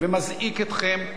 ומזעיק אתכם,